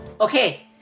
Okay